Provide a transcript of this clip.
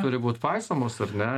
turi būt paisomos ar ne